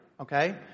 Okay